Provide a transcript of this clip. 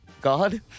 God